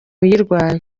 uyirwaye